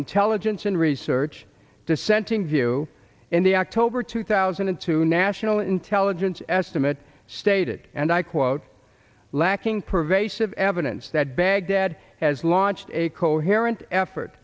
intelligence and research dissenting view in the october two thousand and two national intelligence estimate stated and i quote lacking pervasive evidence that baghdad has launched a coherent effort